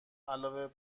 علاوه